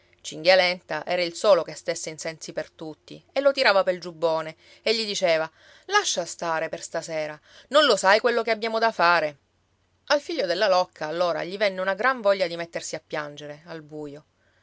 cinghialenta era il solo che stesse in sensi per tutti e lo tirava pel giubbone e gli diceva lascia stare per stasera non lo sai quello che abbiamo da fare al figlio della locca allora gli venne una gran voglia di mettersi a piangere al buio